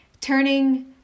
turning